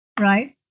right